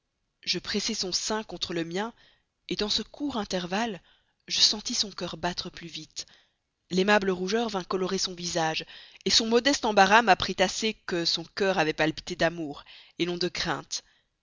je pressai son sein contre le mien et dans ce court intervalle je sentis son cœur battre plus vite l'aimable rougeur vint colorer son visage et son modeste embarras m'apprit assez que son cœur avait palpité d'amour et non de crainte